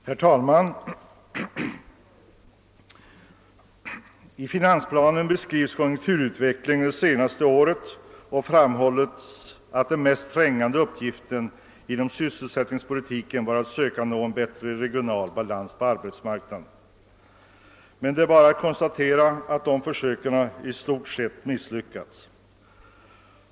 Herr talman! I finansplanen beskrivs konjunkturutvecklingen under det senaste året, och det framhålles att den mest trängande uppgiften inom sysselsättningspolitiken varit att söka nå en bättre regional balans på arbetsmarknaden. Det är bara att konstatera att dessa försök i stort sett misslyckats.